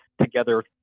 together